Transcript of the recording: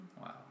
Wow